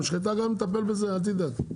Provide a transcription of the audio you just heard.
המשחטה גם נטפל בזה, אל תדאג.